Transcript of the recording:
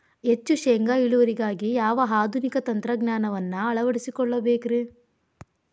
ಹೆಚ್ಚು ಶೇಂಗಾ ಇಳುವರಿಗಾಗಿ ಯಾವ ಆಧುನಿಕ ತಂತ್ರಜ್ಞಾನವನ್ನ ಅಳವಡಿಸಿಕೊಳ್ಳಬೇಕರೇ?